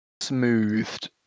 smoothed